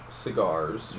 cigars